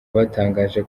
batangaje